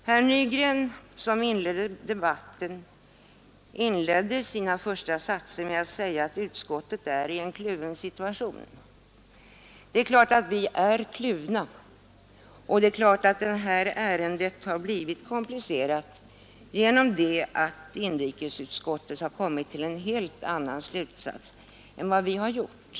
Herr Nygren som inledde denna debatt sade i sina första satser att justitieutskottet är i en kluven situation. Det är klart att vi är det. Det här ärendet har blivit komplicerat genom att inrikesutskottet har kommit till en helt annan slutsats än vad vi har gjort.